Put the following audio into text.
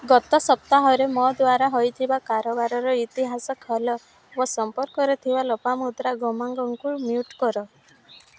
ଗତ ସପ୍ତାହରେ ମୋ ଦ୍ୱାରା ହୋଇଥିବା କାରବାରର ଇତିହାସ ଖୋଲ ଓ ସମ୍ପର୍କରେ ଥିବା ଲୋପାମୁଦ୍ରା ଗମାଙ୍ଗଙ୍କୁ ମ୍ୟୁଟ୍ କର